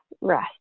rest